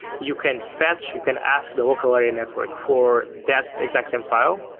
you can fetch, you can ask the local area network for that exact same file.